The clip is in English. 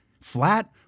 flat